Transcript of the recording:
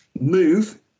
move